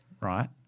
right